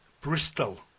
Bristol